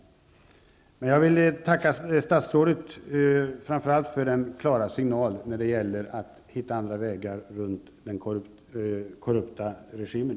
Jag vill tacka statsrådet framför allt för den klara signalen om att det gäller att hitta andra vägar runt den korrupta regimen.